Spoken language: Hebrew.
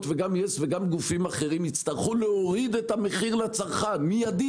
וגם יס וגם גופים אחרים יצטרכו להוריד את המחיר לצרכן מידית,